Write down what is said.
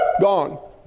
gone